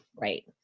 right